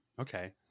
Okay